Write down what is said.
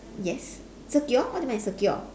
yes secure what do you mean by secure